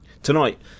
Tonight